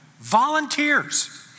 Volunteers